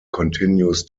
continues